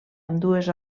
ambdues